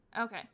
Okay